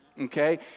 okay